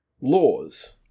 laws